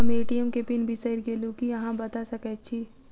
हम ए.टी.एम केँ पिन बिसईर गेलू की अहाँ बता सकैत छी?